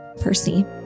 Percy